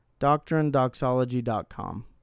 Doctrinedoxology.com